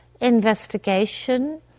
investigation